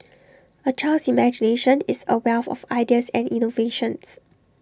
A child's imagination is A wealth of ideas and innovations